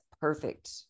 perfect